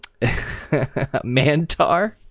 Mantar